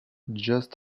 just